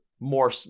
more